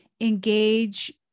engage